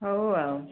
ହଉ ଆଉ